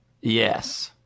Yes